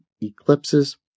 eclipses